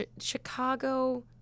Chicago